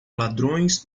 ladrões